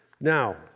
Now